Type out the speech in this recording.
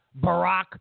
Barack